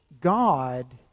God